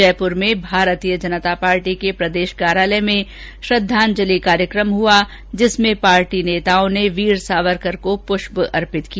जयपुर में भारतीय जनता पार्टी के प्रदेश कार्यालय में श्रद्वांजलि कार्यक्रम हुआ जिसमें पार्टी नेताओं ने वीर सावरकर को पुष्प अर्पित किया